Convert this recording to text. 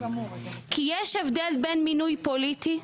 כי יש הבדל בין מינוי פוליטי,